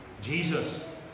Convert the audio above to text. Jesus